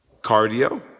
cardio